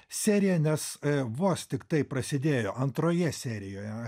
seriją nes vos tiktai prasidėjo antroje serijoje